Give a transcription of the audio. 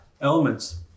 Elements